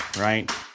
right